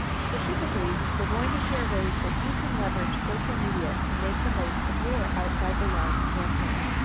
specifically, we are going to share ways that you can leverage social media to make the most of your outside the lines campaign.